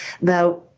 Now